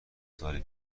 سال